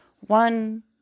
one